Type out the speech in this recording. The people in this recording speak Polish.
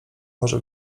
może